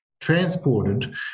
transported